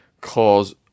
cause